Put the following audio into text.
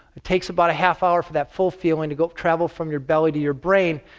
it takes about a half hour for that full feeling to travel from your belly to your brain.